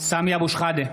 סמי אבו שחאדה,